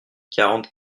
quarante